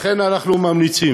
לכן אנחנו ממליצים